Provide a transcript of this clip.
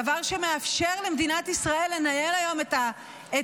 דבר שמאפשר היום למדינת ישראל לנהל את המאבק,